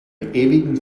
ewigen